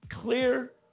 Clear